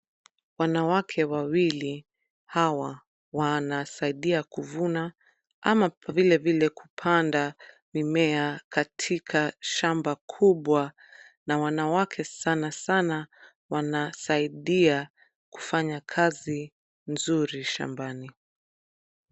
Wanawake wawili hawa wanasaidia kuvuna ama vile vile kupanda mimea katika shamba kubwa na wanawake sana sana wanasaidia kufanya kazi nzuri shambani.